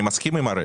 אני מסכים עם הראל.